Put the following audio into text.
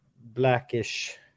blackish